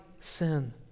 sin